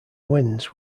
wins